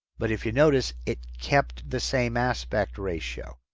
but if you noticed, it kept the same aspect ratio.